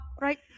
right